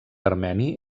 armeni